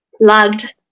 logged